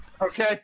Okay